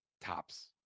tops